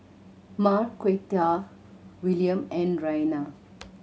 Marquita Willam and Raina